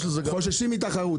חוששים מתחרות.